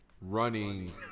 running